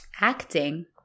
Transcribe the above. Acting